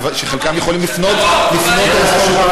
וחלקם יכולים לפנות אל הרשות הפלסטינית.